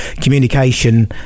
communication